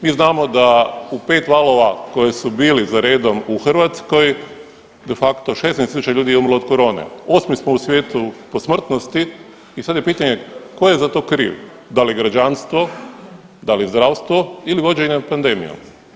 Mi znamo da u 5 valova koji su bili za redom u Hrvatskoj de facto 16 tisuća ljudi je umrlo od korone, 8. smo u svijetu po smrtnosti i sad je pitanje ko je za to kriv, da li građanstvo, da li zdravstvo ili vođenje pandemijom.